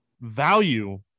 value